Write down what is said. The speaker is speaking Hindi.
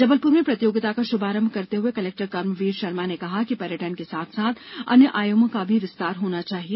जबलपुर में प्रतियोगिता का शुभारंभ करते हए कलेक्टर कर्मवीर शर्मा ने कहा की पर्यटन के साथ साथ अन्य आयामों का भी विस्तार होना चाहिए